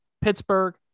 Pittsburgh